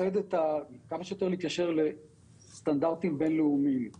להתיישר כמה שיותר לסטנדרטים בין-לאומיים